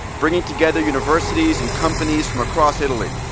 bringing together universities and companies from across italy.